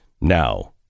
Now